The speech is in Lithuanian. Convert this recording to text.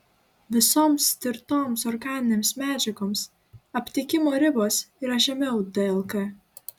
visoms tirtoms organinėms medžiagoms aptikimo ribos yra žemiau dlk